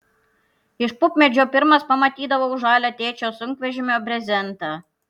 iš pupmedžio pirmas pamatydavau žalią tėčio sunkvežimio brezentą